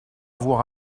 avoir